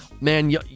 man